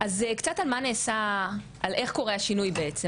אז קצת על מה נעשה על איך קורא השינוי בעצם,